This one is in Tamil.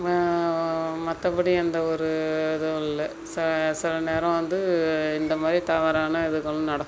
வ மற்றபடி எந்த ஒரு இதுவும் இல்லை ச சில நேரம் வந்து இந்த மாதிரி தவறான இதுங்களும் நடக்கும்